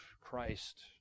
Christ